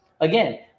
again